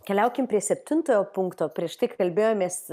keliaukim prie septintojo punkto prieš tai kalbėjomės